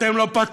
אתם לא פטריוטים,